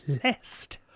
blessed